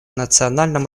национальном